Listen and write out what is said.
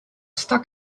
stuck